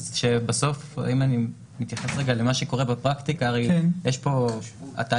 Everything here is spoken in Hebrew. אם אני מתייחס למה שקורה בפרקטיקה התהליך